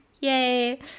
Yay